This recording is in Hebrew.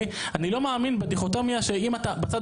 אני לא מאמין בדיכוטומיה שאם אתה בצד